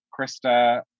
Krista